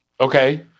Okay